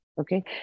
Okay